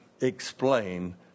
explain